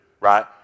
right